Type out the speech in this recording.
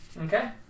Okay